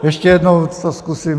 Ještě jednou to zkusím.